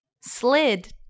slid